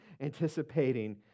anticipating